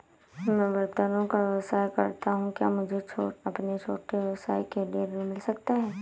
मैं बर्तनों का व्यवसाय करता हूँ क्या मुझे अपने छोटे व्यवसाय के लिए ऋण मिल सकता है?